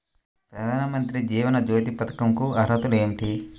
ప్రధాన మంత్రి జీవన జ్యోతి పథకంకు అర్హతలు ఏమిటి?